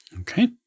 Okay